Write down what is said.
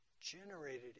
generated